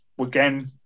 again